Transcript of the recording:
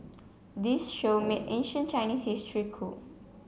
this show made ancient Chinese history cool